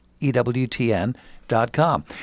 ewtn.com